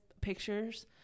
pictures